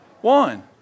One